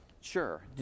Sure